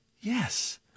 Yes